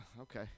Okay